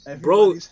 Bro